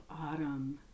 autumn